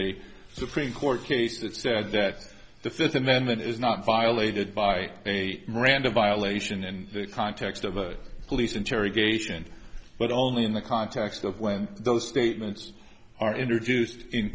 a supreme court case that said that the fifth amendment is not violated by a miranda violation in the context of a police interrogation but only in the context of when those statements are introduced in